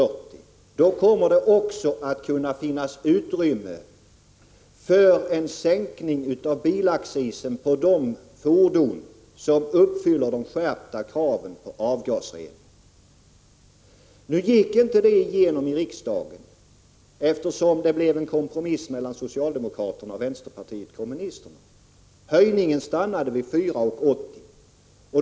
per kilogram tjänstevikt kommer det att kunna finnas utrymme för en sänkning av bilaccisen för de fordon som uppfyller de skärpta kraven på avgasrening. Det förslaget gick inte igenom i riksdagen, eftersom det blev en kompromiss mellan socialdemokraterna och vänsterpartiet kommunisterna. Höjningen stannade vid 4:80 kr.